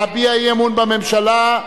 להביע אי-אמון בממשלה.